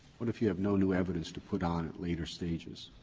what if you have no new evidence to put on at later stages?